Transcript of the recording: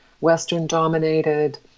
Western-dominated